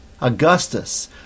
Augustus